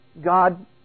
God